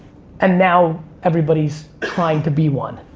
and now everybody's trying to be one.